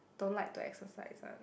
don't like to exercise one